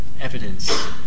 evidence